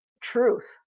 truth